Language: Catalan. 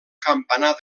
campanar